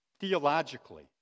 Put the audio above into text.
theologically